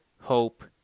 hope